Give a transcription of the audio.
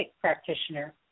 practitioner